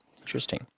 interesting